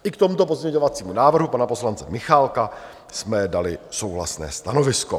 I k tomuto pozměňovacímu návrhu pana poslance Michálka jsme dali souhlasné stanovisko.